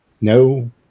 No